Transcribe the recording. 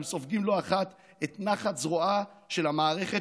הם סופגים לא אחת את נחת זרועה של המערכת,